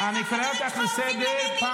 אני אומר שיש סגן.